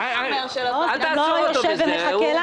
הנוער יושב ומחכה לנו.